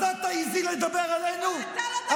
אז אל תעזי לדבר על אלו,